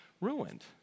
ruined